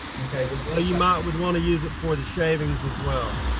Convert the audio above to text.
okay, just, well you might would want to use it for the shavings as well.